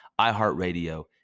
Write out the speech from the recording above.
iHeartRadio